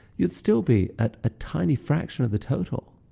you'd still be at a tiny fraction of the total,